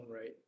right